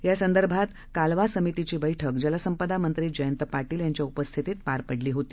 या संदर्भात कालवा समितीची बैठक जलसंपदा मंत्री जयंत पाटील यांच्या उपस्थितीत पार पडली होती